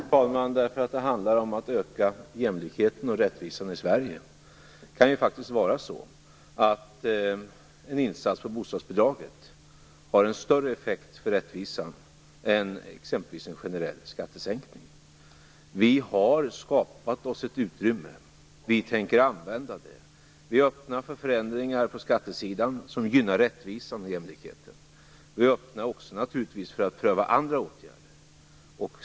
Fru talman! Svaret är: därför att det handlar om att öka jämlikheten och rättvisan i Sverige. Det kan faktiskt vara så att en insats på bostadsbidraget har en större effekt för rättvisan än exempelvis en generell skattesänkning. Vi har skapat oss ett utrymme. Vi tänker använda det. Vi är öppna för förändringar på skattesidan som gynnar rättvisan och jämlikheten, och vi är naturligtvis också öppna för att pröva andra åtgärder.